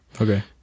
okay